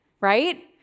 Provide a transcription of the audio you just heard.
right